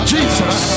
Jesus